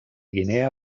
guinea